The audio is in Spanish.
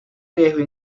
riesgo